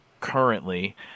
currently